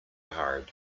haard